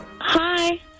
Hi